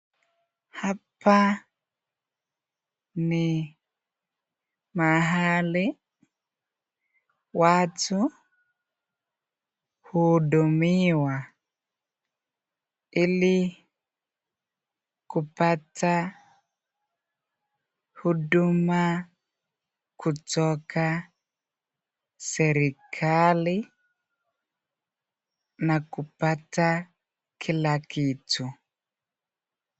Hapa ni mahali watu hudumiwa ili kupata huduma kutoka serikali na kupata kila kitu.